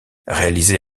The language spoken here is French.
réalisée